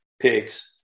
pigs